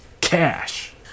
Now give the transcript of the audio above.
cash